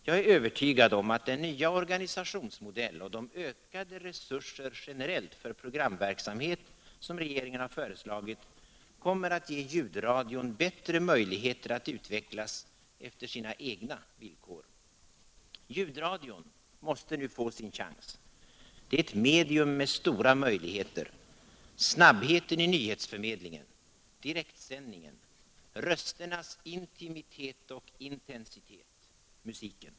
Jag är övertygad om att den nya organisationsmodell och de ökade resurser generellt för programverksamhet som regeringen har föreslagit kommer att ge ljudradion bättre möjligheter att utvecklas efter sina egna villkor. Ljudradion måste nu få sin chans. Det är ett medium med stora möjligheter — snabbheten i nyhetsförmedlingen, direktsändningen, rösternas intimitet och intensitet, musiken.